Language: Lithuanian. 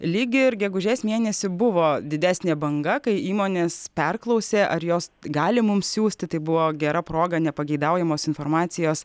lyg ir gegužės mėnesį buvo didesnė banga kai įmonės perklausė ar jos gali mums siųsti tai buvo gera proga nepageidaujamos informacijos